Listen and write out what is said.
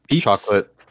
chocolate